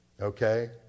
Okay